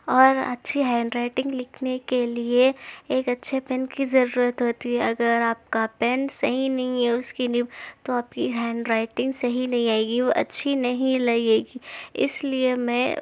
اور اچھی handwriting لکھنے کے لیے ایک اچھے پین کی ضرورت ہوتی ہے اگر آپ کا پین صحیح نہیں ہے اس کی نب تو آپ کی ہینڈ رائٹنگ صحیح نہیں آئے گی وہ اچھی نہیں لگے گی اس لیے میں